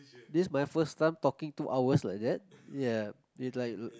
this my first time talking two hours like that ya it's like l~